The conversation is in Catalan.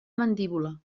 mandíbula